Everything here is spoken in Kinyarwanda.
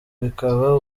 bikaba